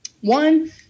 One